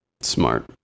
Smart